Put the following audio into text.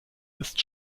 ist